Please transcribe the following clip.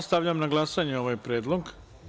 Stavljam na glasanje ovaj predlog.